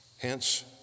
hence